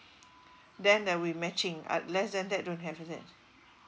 then there'll be matching uh less than that don't have is it